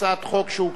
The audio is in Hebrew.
הצעת חוק שהוגשה,